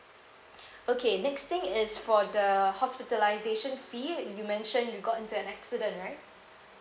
okay next thing is for the hospitalization fee you mentioned you got into an accident right